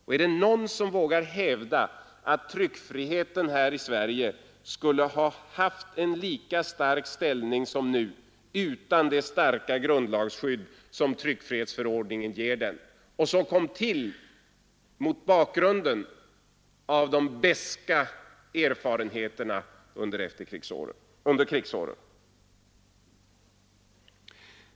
Och är det någon som vågar hävda att tryckfriheten i Sverige skulle ha haft en lika stark ställning som nu utan det starka grundlagsskydd som tryckfrihetsförordningen ger den och som kom till mot bakgrunden av de beska erfarenheterna under krigsåren?